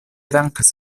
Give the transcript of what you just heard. dankas